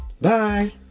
Bye